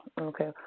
Okay